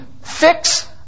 Fix